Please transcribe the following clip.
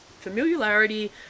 Familiarity